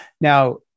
Now